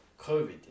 COVID